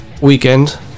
weekend